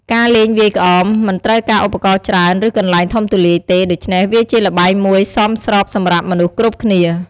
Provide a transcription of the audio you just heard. ការលេងវាយក្អមមិនត្រូវការឧបករណ៍ច្រើន ឬកន្លែងធំទូលាយទេ ដូច្នេះវាជាល្បែងមួយសមស្របសម្រាប់មនុស្សគ្រប់គ្នា។